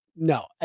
No